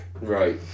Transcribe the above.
Right